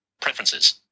preferences